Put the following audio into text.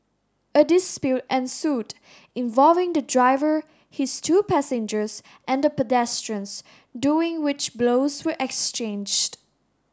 a dispute ensued involving the driver his two passengers and the pedestrians during which blows were exchanged